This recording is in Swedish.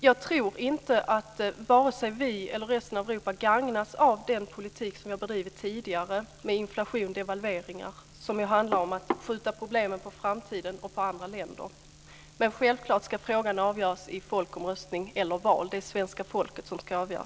Jag tror inte att vare sig vi eller resten av Europa gagnas av den politik som vi har drivit tidigare, med inflation och devalveringar, som handlar om att skjuta problemen på framtiden och på andra länder. Självfallet ska frågan avgöras i folkomröstning eller val. Det är svenska folket som ska avgöra.